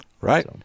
right